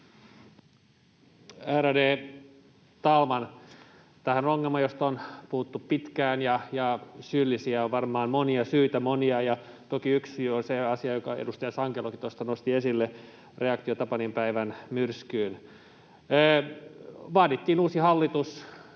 Tämä on ongelma, josta on puhuttu pitkään, ja syyllisiä on varmaan monia, syitä monia, ja toki yksi syy on se asia, jonka edustaja Sankelokin tuosta nosti esille, reaktio tapaninpäivän myrskyyn. Vaadittiin uusi hallitus,